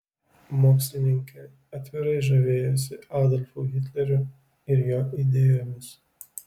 mokslininkė atvirai žavėjosi adolfu hitleriu ir jo idėjomis